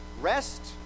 Rest